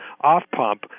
off-pump